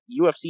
UFC